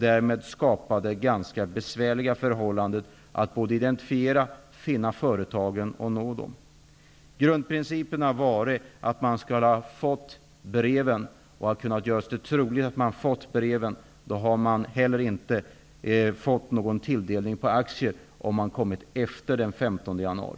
Därmed skapades det ganska besvärliga förhållandet att både identifiera, finna och nå företagen. Grundprincipen har varit att man skall ha fått breven. Och om det har varit troligt att man har fått breven och har kommit in med svaren efter den 15 januari, har man inte fått någon tilldelning av aktier.